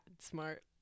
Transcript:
smart